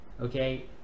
okay